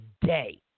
today